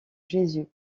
jésus